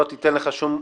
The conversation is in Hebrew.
לא ניתן לו שום הנחה.